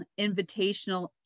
Invitational